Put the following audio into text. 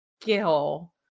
skill